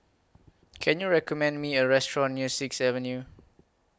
Can YOU recommend Me A Restaurant near Sixth Avenue